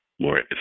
more